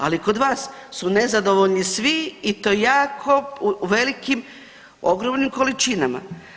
Ali kod vas su nezadovoljni svi i to u jako velikim, ogromnim količinama.